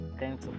thanks